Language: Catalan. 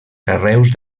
carreus